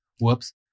Whoops